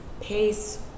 pace